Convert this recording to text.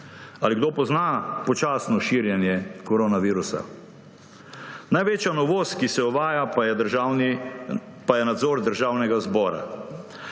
Ali kdo pozna počasno širjenje koronavirusa? Največja novost, ki se jo uvaja, pa je nadzor Državnega zbora.